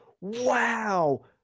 wow